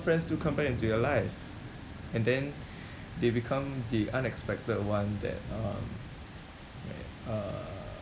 friends do come back into your life and then they become the unexpected one that um that uh